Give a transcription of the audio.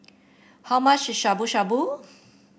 how much is Shabu Shabu